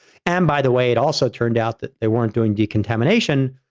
and by the way, it also turned out that they weren't doing decontamination.